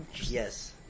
Yes